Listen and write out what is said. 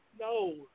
no